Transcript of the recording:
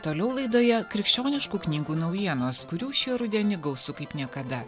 toliau laidoje krikščioniškų knygų naujienos kurių šį rudenį gausu kaip niekada